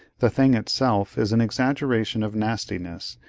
the thing itself is an exaggeration of nastiness,